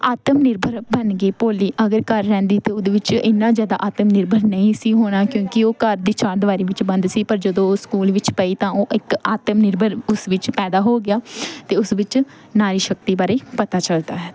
ਆਤਮ ਨਿਰਭਰ ਬਣ ਗਈ ਭੋਲੀ ਅਗਰ ਘਰ ਰਹਿੰਦੀ ਤਾਂ ਉਹਦੇ ਵਿੱਚ ਇੰਨਾ ਜ਼ਿਆਦਾ ਆਤਮ ਨਿਰਭਰ ਨਹੀਂ ਸੀ ਹੋਣਾ ਕਿਉਂਕਿ ਉਹ ਘਰ ਦੀ ਚਾਰ ਦੀਵਾਰੀ ਵਿੱਚ ਬੰਦ ਸੀ ਪਰ ਜਦੋਂ ਉਹ ਸਕੂਲ ਵਿੱਚ ਪਈ ਤਾਂ ਉਹ ਇੱਕ ਆਤਮ ਨਿਰਭਰ ਉਸ ਵਿੱਚ ਪੈਦਾ ਹੋ ਗਿਆ ਅਤੇ ਉਸ ਵਿੱਚ ਨਾਰੀ ਸ਼ਕਤੀ ਬਾਰੇ ਪਤਾ ਚੱਲਦਾ ਹੈ